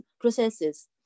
processes